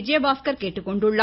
விஜயபாஸ்கர் கேட்டுக்கொண்டுள்ளார்